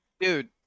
Dude